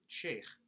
sheikh